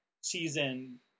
season